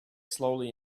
slowly